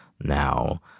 now